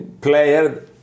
player